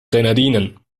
grenadinen